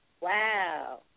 Wow